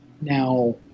now